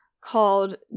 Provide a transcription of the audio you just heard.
called